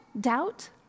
doubt